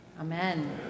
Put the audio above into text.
Amen